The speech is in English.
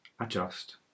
adjust